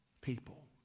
people